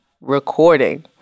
recording